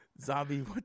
zombie